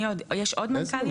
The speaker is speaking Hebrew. יש עוד מנכ"לים?